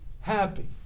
happy